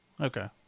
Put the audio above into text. okay